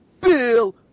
Bill